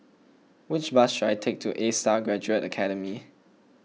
which bus should I take to A Star Gaduate Academy